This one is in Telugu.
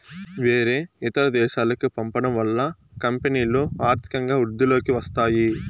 వేరే ఇతర దేశాలకు పంపడం వల్ల కంపెనీలో ఆర్థికంగా వృద్ధిలోకి వస్తాయి